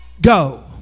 go